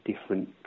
different